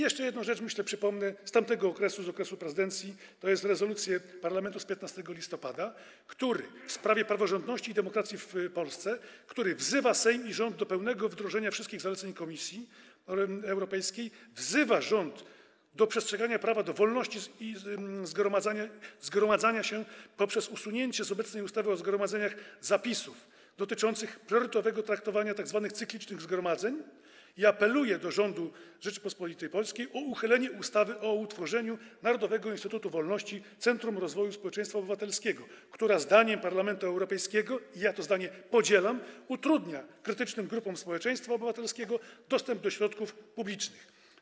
Jeszcze jedną rzecz przypomnę z tamtego okresu, z okresu prezydencji, tj. rezolucję Parlamentu Europejskiego z 15 listopada w sprawie praworządności i demokracji w Polsce, który wzywa Sejm i rząd do pełnego wdrożenia wszystkich zaleceń Komisji Europejskiej, wzywa rząd do przestrzegania prawa do wolności zgromadzania się poprzez usunięcie z obecnej ustawy o zgromadzeniach zapisów dotyczących priorytetowego traktowania tzw. cyklicznych zgromadzeń i apeluje do rządu Rzeczypospolitej Polskiej o uchylenie ustawy o Narodowym Instytucie Wolności - Centrum Rozwoju Społeczeństwa Obywatelskiego, która zdaniem Parlamentu Europejskiego - i ja to zdanie podzielam - utrudnia krytycznym grupom społeczeństwa obywatelskiego dostęp do środków publicznych.